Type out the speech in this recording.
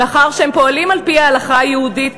ומאחר שהם פועלים על-פי ההלכה היהודית,